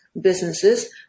businesses